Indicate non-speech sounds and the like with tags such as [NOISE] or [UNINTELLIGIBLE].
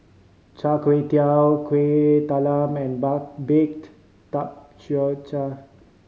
Char Kway Teow Kuih Talam and [UNINTELLIGIBLE] baked [UNINTELLIGIBLE]